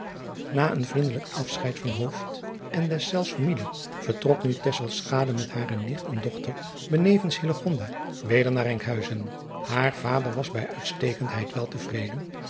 a een vriendelijk afscheid van en deszelfs familie vertrok nu met hare nicht en dochter benevens weder naar nkhuizen haar vader was bij uitstekendheid wel te vreden